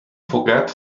forget